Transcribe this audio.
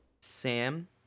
Sam